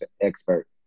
expert